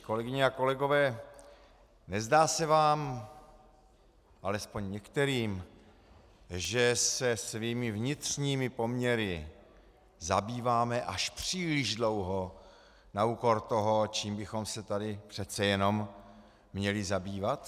Kolegyně a kolegové, nezdá se vám, alespoň některým, že se svými vnitřními poměry zabýváme až příliš dlouho na úkor toho, čím bychom se tady přece jenom měli zabývat?